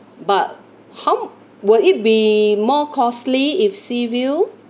but how m~ will it be more costly if sea view